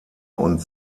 und